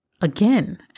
again